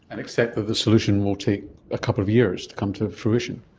and accept that the solution will take a couple of years to come to fruition.